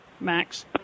Max